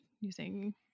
using